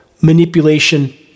manipulation